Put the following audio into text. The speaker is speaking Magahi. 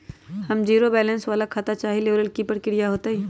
हम जीरो बैलेंस वाला खाता चाहइले वो लेल की की प्रक्रिया होतई?